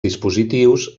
dispositius